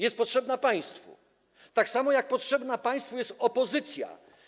Jest potrzebna państwu, tak samo jak potrzebna państwu jest opozycja.